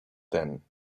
then